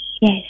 Yes